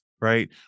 right